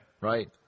Right